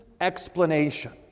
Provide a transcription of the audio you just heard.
explanation